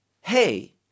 hey